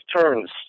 turns